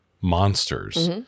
monsters